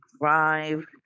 drive